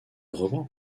reprend